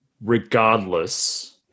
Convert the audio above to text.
regardless